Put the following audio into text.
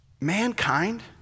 mankind